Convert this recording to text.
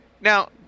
Now